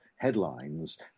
Headlines